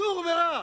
סור מרע.